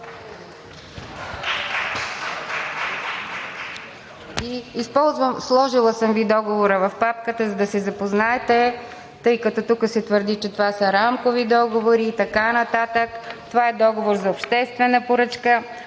ИТН.) Сложила съм Ви договора в папката, за да се запознаете, тъй като тук се твърди, че това са рамкови договори и така нататък. Това е договор за обществена поръчка